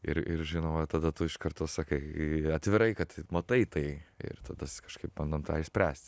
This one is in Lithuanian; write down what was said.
ir ir žinoma tada tu iš karto sakai atvirai kad matai tai ir tada kažkaip bandom tą išspręst